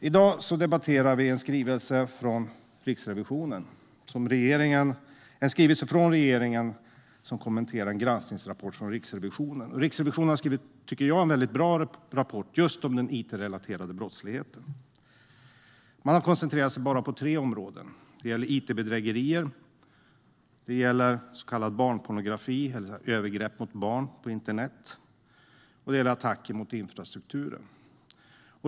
I dag debatterar vi en skrivelse från regeringen om en granskningsrapport från Riksrevisionen. Jag tycker att Riksrevisionen har skrivit en väldigt bra rapport just om den it-relaterade brottsligheten. Man har koncentrerat sig på bara tre områden. Det gäller it-bedrägerier. Det gäller så kallad barnpornografi eller övergrepp mot barn på internet. Och det gäller attacker mot infrastrukturen.